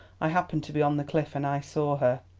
i happened to be on the cliff, and i saw her.